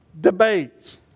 debates